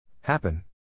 Happen